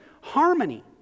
harmony